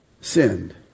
sinned